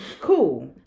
Cool